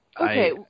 Okay